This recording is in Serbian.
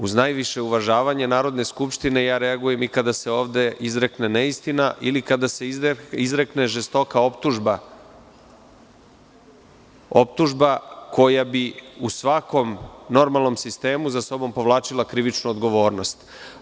Uz najviše uvažavanje Narodne skupštine, ja reagujem i kada se ovde izrekne neistina ili kada se izrekne žestoka optužba koja bi u svakom normalnom sistemu za sobom povlačila krivičnu odgovornost.